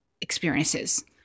experiences